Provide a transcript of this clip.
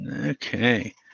Okay